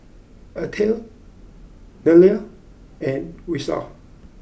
Atal Neila and Vishal